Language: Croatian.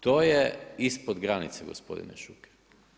To je ispod granice, gospodin Šuker.